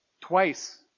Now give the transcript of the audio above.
Twice